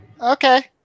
okay